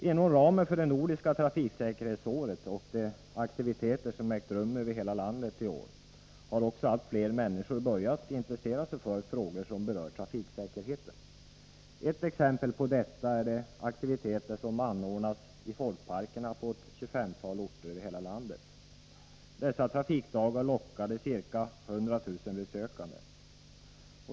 Inom ramen för det nordiska trafiksäkerhetsåret och de aktiviteter som ägt rum över hela landet i år har också allt fler människor börjat intressera sig för frågor som berör trafiksäkerheten. Ett exempel på detta är de aktiviteter som anordnas i folkparkerna på omkring 25 orter. Dessa trafikdagar lockade ca 100 000 besökande.